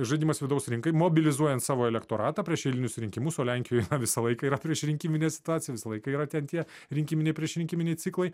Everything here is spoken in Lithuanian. žaidimas vidaus rinkai mobilizuojant savo elektoratą prieš eilinius rinkimus o lenkijoj visą laiką yra priešrinkiminė situacija visą laiką yra ten tie rinkiminiai priešrinkiminiai ciklai